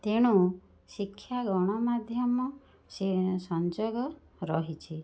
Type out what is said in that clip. ତେଣୁ ଶିକ୍ଷା ଗଣମାଧ୍ୟମ ସଂଯୋଗ ରହିଛି